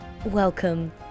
Welcome